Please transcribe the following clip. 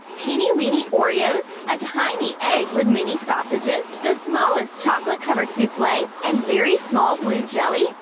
teeny-weeny oreos, a tiny egg with mini-sausages, the smallest chocolate-covered souffle, and very small blue jelly!